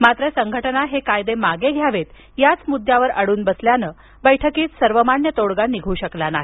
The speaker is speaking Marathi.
मात्र संघटना हे कायदे मागे घ्यावेत याच मुद्यावर अडून बसल्यानं बैठकीत सर्वमान्य तोडगा निघू शकला नाही